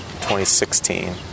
2016